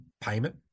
payment